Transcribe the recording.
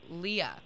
Leah